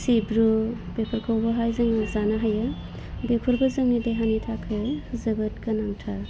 सिब्रु बेफोरखौबोहाय जोङो जानो हायो बेफोरबो जोंनि देहानि थाखाय जोबोद गोनांथार